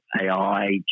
AI